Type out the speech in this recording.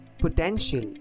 potential